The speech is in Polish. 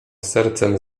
sercem